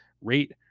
rate